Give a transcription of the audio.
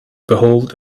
behold